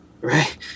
right